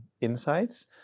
insights